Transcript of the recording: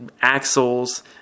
axles